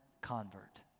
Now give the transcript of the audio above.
convert